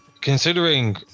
Considering